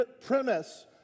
premise